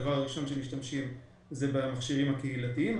הדבר הראשן שמשתמשים בו הוא המכשירים הקהילתיים.